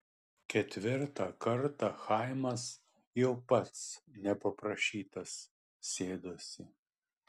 ketvirtą kartą chaimas jau pats nepaprašytas sėdosi